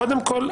קודם כול,